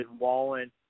Wallen